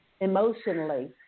Emotionally